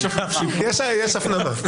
יש הפללות.